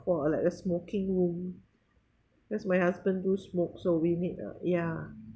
for a like a smoking room cause my husband do smoke so we need a ya